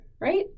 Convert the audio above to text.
right